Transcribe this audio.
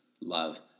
Love